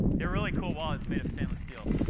they're really cool wallets made of stainless steel.